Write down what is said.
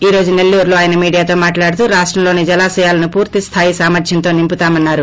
ఈ రోజు నెల్లూరులో ఆయన మీడియాతో మాట్లాడుతూ రాష్టంలోని జలాశయాలను పూర్తిస్థాయి సామర్థంతో నింపుతామన్నారు